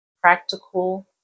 practical